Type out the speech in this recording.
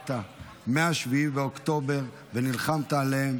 שהעברת מ-7 באוקטובר, ונלחמת עליהם,